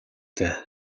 дээ